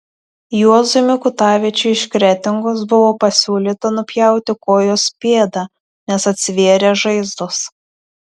juozui mikutavičiui iš kretingos buvo pasiūlyta nupjauti kojos pėdą nes atsivėrė žaizdos